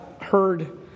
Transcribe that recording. heard